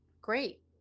Great